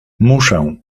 muszę